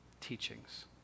teachings